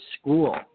school